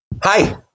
Hi